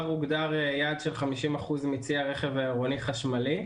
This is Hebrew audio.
הוגדר יעד של 50% מצי העירוני חשמלי.